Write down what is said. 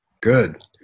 Good